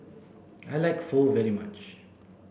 I like Pho very much